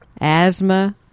asthma